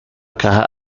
caja